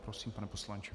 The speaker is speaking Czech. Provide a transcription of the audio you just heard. Prosím, pane poslanče.